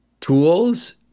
tools